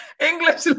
English